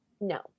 No